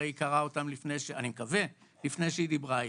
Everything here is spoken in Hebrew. הרי היא קראה אותם אני מקווה לפני שהיא דיברה איתי.